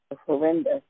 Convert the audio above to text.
horrendous